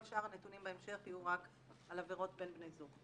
כל שאר הנתונים בהמשך יהיו רק על עבירות בין בני זוג.